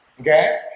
Okay